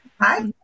Hi